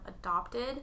adopted